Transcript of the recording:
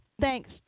thanks